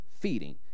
feeding